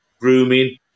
grooming